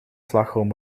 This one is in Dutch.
slagroom